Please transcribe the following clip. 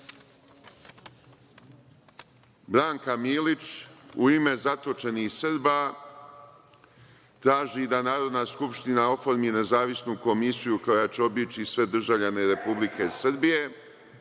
Milić, u ime zatočenih Srba, traži da Narodna skupština oformi nezavisnu komisiju koja će obići sve državljane Republike Srbije